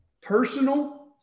personal